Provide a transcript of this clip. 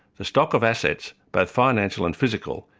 the stock of assets, both financial and physical,